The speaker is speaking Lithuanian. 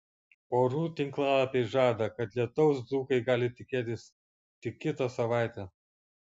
orų tinklalapiai žada kad lietaus dzūkai gali tikėtis tik kitą savaitę